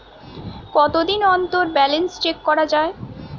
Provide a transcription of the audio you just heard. কতদিন অন্তর balance check করা য়ায়?